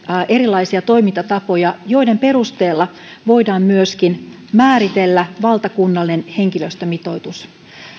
erilaisia toimintatapoja joiden perusteella voidaan myöskin määritellä valtakunnallinen henkilöstömitoitus